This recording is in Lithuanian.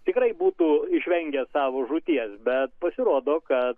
tikrai būtų išvengęs savo žūties bet pasirodo kad